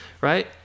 right